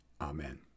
Amen